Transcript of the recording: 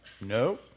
No